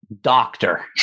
Doctor